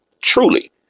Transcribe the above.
truly